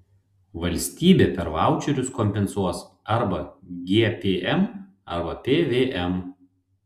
valstybė per vaučerius kompensuos arba gpm arba pvm